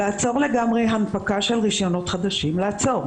לעצור לגמרי הנפקה של רישיונות חדשים לעצור